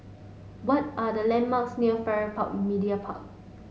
what are the landmarks near Farrer Park Media Park